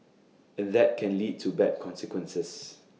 and that can lead to bad consequences